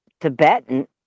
Tibetan